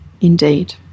indeed